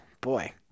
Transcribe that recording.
boy